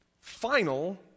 final